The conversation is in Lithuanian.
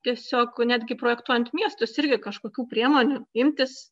tiesiog netgi projektuojant miestus irgi kažkokių priemonių imtis